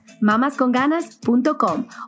mamasconganas.com